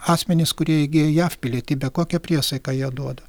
asmenys kurie įgijo jav pilietybę kokią priesaiką jie duoda